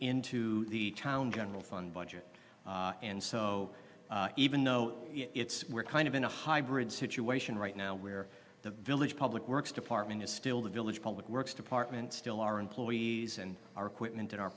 into the town gunnell fund budget and so even though it's we're kind of in a hybrid situation right now where the village public works department is still the village public works department still our employees and our equipment and our